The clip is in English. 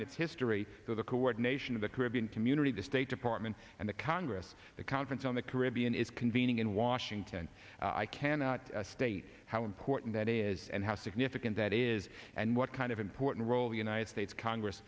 in its history the coordination of the caribbean community the state department and the congress the conference on the caribbean is convening in washington i cannot state how important that is and how significant that is and what kind of important role the united states congress